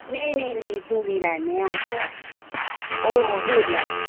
नेईं नेईं नेईं टुरी लैन्ने आं अस ओह् टुरी लैन्ने